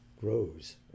grows